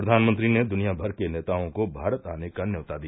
प्रधानमंत्री ने दुनिया भर के नेताआँ को भारत आने का न्यौता दिया